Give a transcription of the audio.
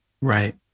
Right